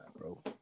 bro